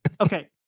Okay